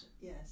yes